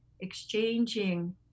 exchanging